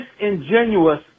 disingenuous